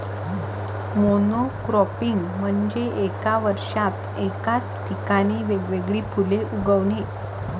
monocropping म्हणजे एका वर्षात एकाच ठिकाणी वेगवेगळी फुले उगवणे